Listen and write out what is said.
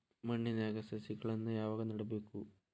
ಮಣ್ಣಿನ್ಯಾಗ್ ಸಸಿಗಳನ್ನ ಯಾವಾಗ ನೆಡಬೇಕು?